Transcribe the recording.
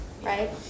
right